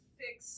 fix